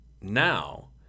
Now